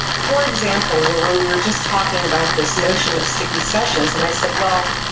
for example, we're just talking about this notion of sticky sessions and i said, well,